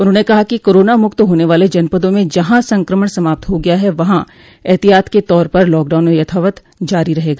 उन्होंने कहा कि कोरोना मुक्त होने वाले जनपदों म जहां संक्रमण समाप्त हो गया है वहां ऐहतियात के तौर पर लॉकडाउन यथावत जारी रहेगा